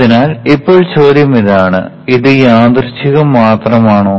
അതിനാൽ ഇപ്പോൾ ചോദ്യം ഇതാണ് ഇത് യാദൃശ്ചികം മാത്രമാണോ